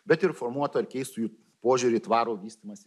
bet ir formuotų ar keistų jų požiūrį į tvarų vystymąsi